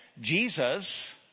Jesus